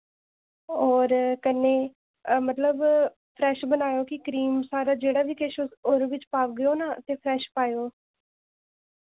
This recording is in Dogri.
और कन्नै मतलब फ्रैश बनायो कि क्रीम सारा जेह्ड़ा बी किश ओह्दे बिच पागे ओ ना ते फ्रैश पायो